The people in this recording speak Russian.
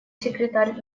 секретарь